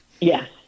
Yes